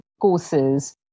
courses